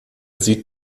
sieht